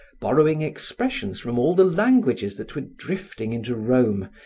borrowing expressions from all the languages that were drifting into rome,